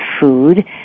food